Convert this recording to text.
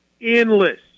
endless